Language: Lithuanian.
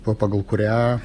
pa pagal kurią